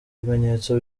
ibimenyetso